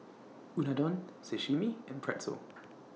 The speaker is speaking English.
Unadon Sashimi and Pretzel